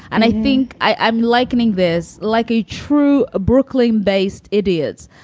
and i think i am likening this like a true ah brooklyn-based idiots.